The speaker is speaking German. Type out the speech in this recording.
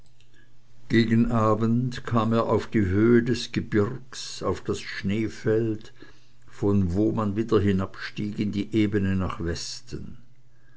gegen abend kam er auf die höhe des gebirgs auf das schneefeld von wo man wieder hinabstieg in die ebene nach westen